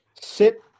sit